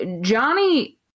Johnny